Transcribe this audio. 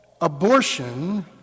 Abortion